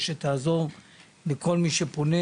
ושתעזור לכל מי שפונה,